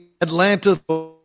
Atlanta